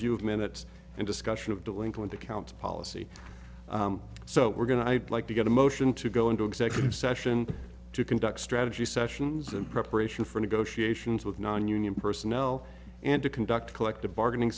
few minutes and discussion of delinquent accounts policy so we're going to i'd like to get a motion to go into executive session to conduct strategy sessions in preparation for negotiations with nonunion personnel and to conduct collective bargaining